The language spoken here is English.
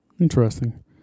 Interesting